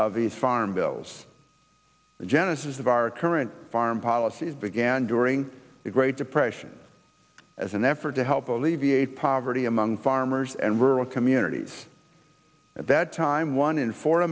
of these farm bills the genesis of our current foreign policies began during the great depression as an effort to help alleviate poverty among farmers and rural communities at that time one in fo